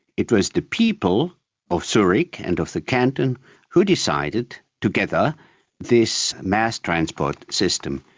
it was the people of zurich and of the canton who decided together this mass transport system.